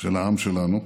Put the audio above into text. של העם שלנו.